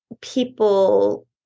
people